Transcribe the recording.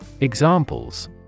Examples